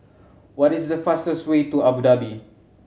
what is the fastest way to Abu Dhabi